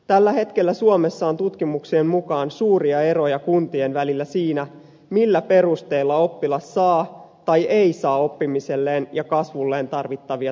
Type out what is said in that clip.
tällä hetkellä suomessa on tutkimuksien mukaan suuria eroja kuntien välillä siinä millä perusteella oppilas saa tai ei saa oppimiselleen ja kasvulleen tarvittavia tukitoimia